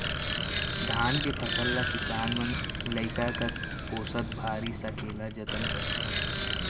धान के फसल ल किसान मन लइका कस पोसत भारी सकेला जतन करथे